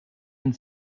been